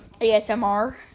ASMR